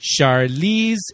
Charlize